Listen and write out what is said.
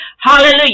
Hallelujah